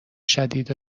شدید